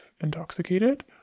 intoxicated